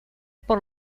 por